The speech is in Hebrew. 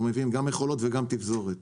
אנחנו מביאים גם מכולות וגם תפזורת